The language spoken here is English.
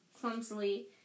clumsily